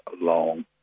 long